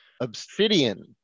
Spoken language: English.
Obsidian